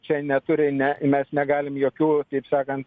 čia neturi ne mes negalim jokių taip sakant